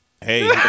Hey